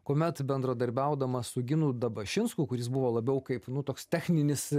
kuomet bendradarbiaudamas su ginu dabašinsku kuris buvo labiau kaip nu toks techninis